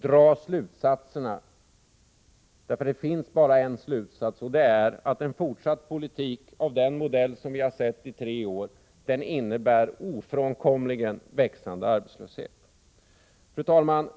Dra slutsatserna — för det finns bara en slutsats, och den är att en fortsatt politik av den modell som vi har sett i tre år ofrånkomligen innebär växande arbetslöshet. Fru talman!